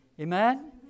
Amen